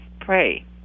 pray